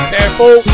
Careful